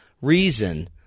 reason